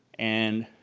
and